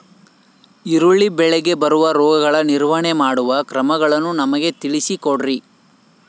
ಈರುಳ್ಳಿ ಬೆಳೆಗೆ ಬರುವ ರೋಗಗಳ ನಿರ್ವಹಣೆ ಮಾಡುವ ಕ್ರಮಗಳನ್ನು ನಮಗೆ ತಿಳಿಸಿ ಕೊಡ್ರಿ?